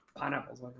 pineapples